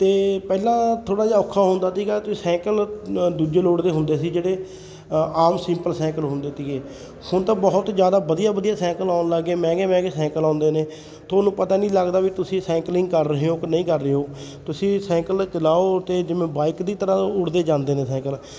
ਅਤੇ ਪਹਿਲਾਂ ਥੋੜ੍ਹਾ ਜਿਹਾ ਔਖਾ ਹੁੰਦਾ ਸੀਗਾ ਅਤੇ ਸਾਈਕਲ ਦੂਜੇ ਲੋਟ ਦੇ ਹੁੰਦੇ ਸੀ ਜਿਹੜੇ ਅ ਆਮ ਸਿੰਪਲ ਸਾਇਕਲ ਹੁੰਦੇ ਸੀਗੇ ਹੁਣ ਤਾਂ ਬਹੁਤ ਜ਼ਿਆਦਾ ਵਧੀਆ ਵਧੀਆ ਸਾਈਕਲ ਆਉਣ ਲੱਗ ਗਏ ਮਹਿੰਗੇ ਮਹਿੰਗੇ ਸਾਈਕਲ ਆਉਂਦੇ ਨੇ ਤੁਹਾਨੂੰ ਪਤਾ ਨਹੀਂ ਲੱਗਦਾ ਵੀ ਤੁਸੀਂ ਸਾਈਕਲਿੰਗ ਕਰ ਰਹੇ ਹੋ ਕਿ ਨਹੀਂ ਕਰ ਰਹੇ ਹੋ ਤੁਸੀਂ ਸਾਈਕਲ ਚਲਾਉ ਅਤੇ ਜਿਵੇਂ ਬਾਈਕ ਦੀ ਤਰ੍ਹਾਂ ਉੱਡਦੇ ਜਾਂਦੇ ਨੇ ਸਾਇਕਲ